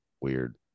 weird